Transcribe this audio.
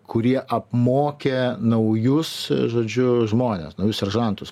kurie apmokė naujus žodžiu žmones naujus seržantus